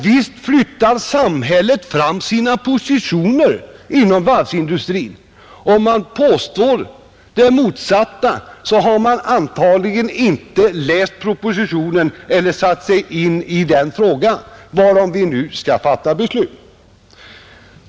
Visst flyttar samhället fram sina positioner inom varvsindustrin! Den som påstår det motsatta har antagligen inte läst propositionen eller satt sig in i den fråga varom vi nu skall fatta beslut.